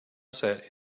set